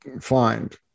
find